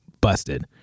busted